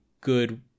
good